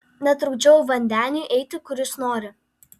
netrukdžiau vandeniui eiti kur jis nori